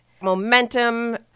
momentum